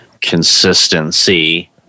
consistency